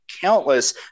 countless